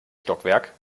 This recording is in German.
stockwerk